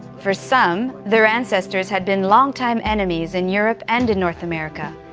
for some, their ancestors had been longtime enemies in europe and in north america.